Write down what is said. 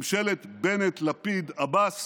ממשלת בנט-לפיד-עבאס